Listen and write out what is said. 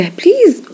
please